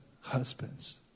Husbands